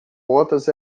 botas